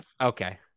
okay